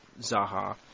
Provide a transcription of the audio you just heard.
Zaha